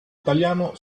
italiano